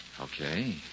Okay